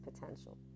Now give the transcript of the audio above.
potential